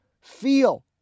feel